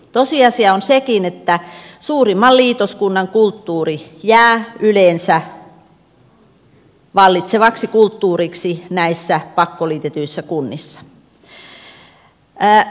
tosiasia on sekin että suurimman liitoskunnan kulttuuri jää yleensä vallitsevaksi kulttuuriksi näissä pakkoliitetyissä kunnissa